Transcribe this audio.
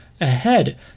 ahead